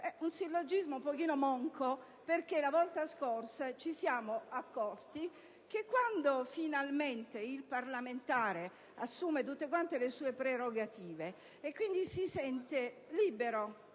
un sillogismo un po' monco, perché la volta scorsa ci siamo accorti che quando finalmente il parlamentare assume tutte le sue prerogative, e quindi si sente libero